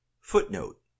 Footnote